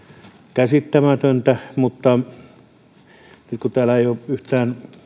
käsittämätöntä mutta nyt kun täällä ei ole yhtään